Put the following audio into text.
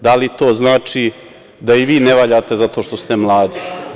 Da li to znači da i vi ne valjate zato što ste mladi?